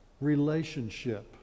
relationship